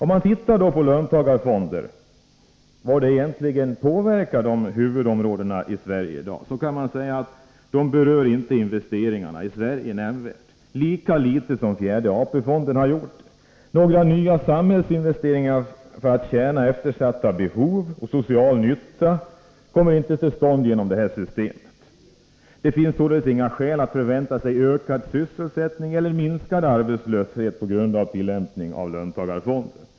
Hur påverkar löntagarfonderna huvudområdena i Sverige i dag? De berör inte nämnvärt investeringarna, lika litet som fjärde AP-fonden gjort det. Några nya samhällsinvesteringar för att tjäna eftersatta behov och ge social nytta kommer inte till stånd genom det här systemet. Det finns således inga skäl att förvänta sig ökad sysselsättning eller minskad arbetslöshet på grund av löntagarfonder.